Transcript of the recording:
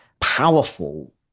powerful